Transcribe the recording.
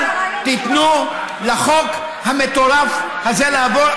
אל תיתנו לחוק המטורף הזה לעבור.